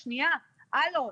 הלו,